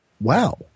wow